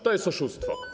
To jest oszustwo.